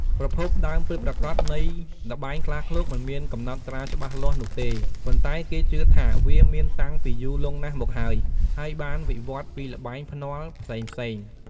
ប្រភពដើមពិតប្រាកដនៃល្បែងខ្លាឃ្លោកមិនមានកំណត់ត្រាច្បាស់លាស់នោះទេ ប៉ុន្តែគេជឿថាវាមានតាំងពីយូរលង់ណាស់មកហើយ ហើយបានវិវត្តន៍ពីល្បែងភ្នាល់ផ្សេងៗ។